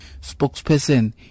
Spokesperson